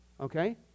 okay